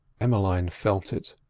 emmeline felt it,